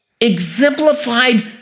exemplified